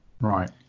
Right